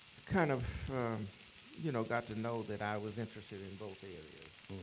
kind of you know got to know that i was interested in both areas.